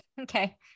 Okay